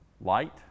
light